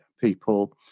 people